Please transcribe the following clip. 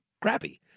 crappy